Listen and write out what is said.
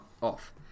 off